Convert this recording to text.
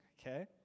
okay